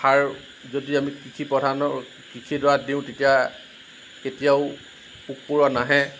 সাৰ যদি আমি কৃষি প্ৰধানৰ কৃষিডৰাত দিওঁ তেতিয়া কেতিয়াও পোক পৰুৱা নাহে